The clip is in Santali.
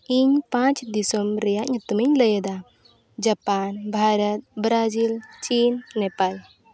ᱤᱧ ᱯᱟᱸᱪ ᱫᱤᱥᱚᱢ ᱨᱮᱭᱟᱜ ᱧᱩᱛᱩᱢᱤᱧ ᱞᱟᱹᱭᱮᱫᱟ ᱡᱟᱯᱟᱱ ᱵᱷᱟᱨᱚᱛ ᱵᱨᱟᱡᱤᱞ ᱪᱤᱱ ᱱᱮᱯᱟᱞ